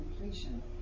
completion